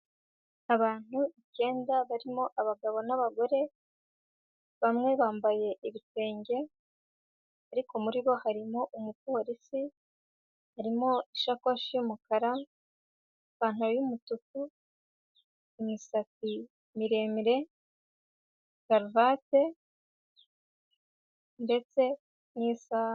Abantu icyenda barimo abagabo n'abagore, bamwe bambaye ibitenge ariko muri bo harimo umupolisi, harimo ishakoshi y'umukara, ipantaro y'umutuku, imisatsi miremire, karuvate ndetse n'isaha.